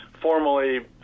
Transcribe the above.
formally